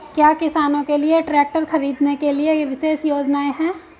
क्या किसानों के लिए ट्रैक्टर खरीदने के लिए विशेष योजनाएं हैं?